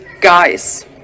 guys